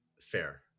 Fair